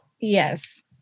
yes